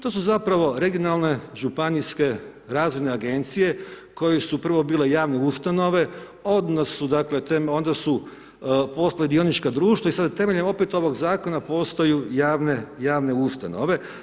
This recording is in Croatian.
To su zapravo regionalne županijske razvojne agencije koje su prvo bile javne ustanove, onda su dakle postale dionička društva i sada temeljem opet ovog zakona postaju javne ustanove.